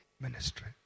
ministry